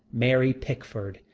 mary pickford,